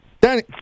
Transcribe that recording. Danny